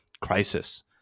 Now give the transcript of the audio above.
crisis